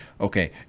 okay